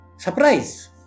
Surprise